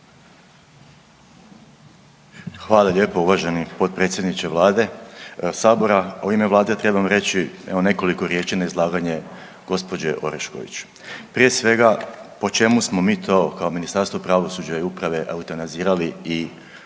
Hvala lijepo uvaženi potpredsjedniče Vlade, Sabora, u ime Vlade trebam reći evo nekoliko riječi na izlaganje gospođe Orešković. Prije svega po čemu smo mi to kao Ministarstvo pravosuđa i uprave eutanazirali i uništili